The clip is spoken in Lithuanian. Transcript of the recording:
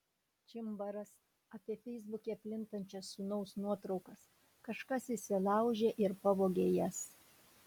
čimbaras apie feisbuke plintančias sūnaus nuotraukas kažkas įsilaužė ir pavogė jas